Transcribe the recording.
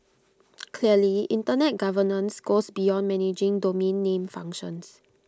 clearly Internet governance goes beyond managing domain name functions